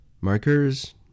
Markers